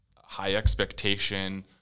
high-expectation